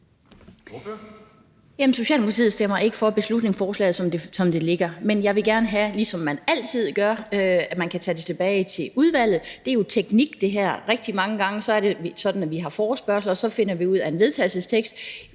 Socialdemokratiet stemmer ikke for beslutningsforslaget, som det ligger. Men jeg vil gerne have, ligesom man altid gør, at vi tager det tilbage til udvalget. Det her er jo teknik. Rigtig mange gange er det jo sådan, at vi har forespørgsler, og så finder vi ud af en vedtagelsestekst.